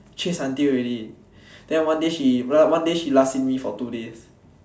chase until already then one day she one day she last seen me for two days